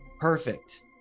perfect